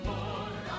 Lord